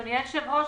אדוני היושב-ראש,